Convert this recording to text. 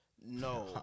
No